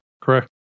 correct